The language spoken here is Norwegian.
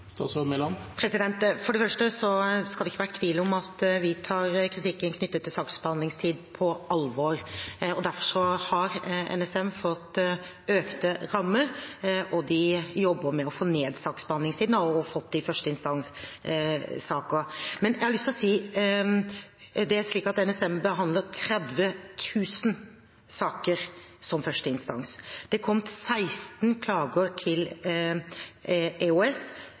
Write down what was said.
For det første skal det ikke være tvil om at vi tar kritikken knyttet til saksbehandlingstid på alvor. Derfor har NSM fått økte rammer, og de jobber med å få ned saksbehandlingstiden. Det har de også fått til i førsteinstanssaker. Men jeg har lyst til å si at NSM behandler 30 000 saker som førsteinstans. Det kom 16 klager til